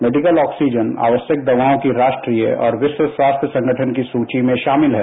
medical oxygen आवश्यक दवाओं की राष्ट्रीय और विश्व स्वास्थ्य संगठन की सूची में शामिल है